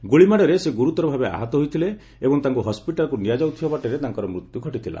ଗୁଳି ମାଡ଼ରେ ସେ ଗୁରୁତର ଭାବେ ଆହତ ହୋଇଥିଲେ ଏବଂ ତାଙ୍କୁ ହସ୍ପିଟାଲ୍କୁ ନିଆଯାଉଥିବା ବାଟରେ ତାଙ୍କର ମୃତ୍ୟୁ ଘଟିଥିଲା